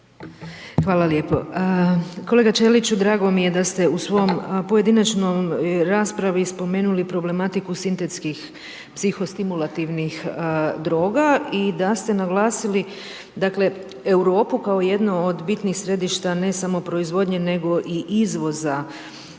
Hvala lijepo. Kolega Ćeliću, drago mi je da ste u svom pojedinačnoj raspravi spomenuli problematiku sintetskih psihostimulativnih droga i da ste naglasili, dakle, Europu kao jednu od bitnih središta, ne samo proizvodnje, nego i izvoza